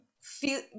feel